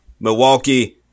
Milwaukee